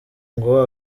ngo